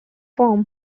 form